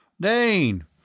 Dane